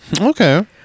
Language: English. Okay